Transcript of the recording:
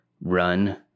run